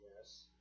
Yes